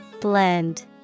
Blend